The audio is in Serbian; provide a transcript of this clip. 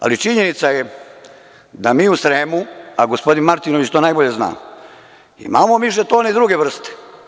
Ali, činjenica je da mi u Sremu, a gospodin Martinović to najbolje zna, imamo žetone druge vrste.